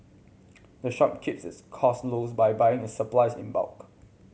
the shop keeps its cost low by buying its supplies in bulk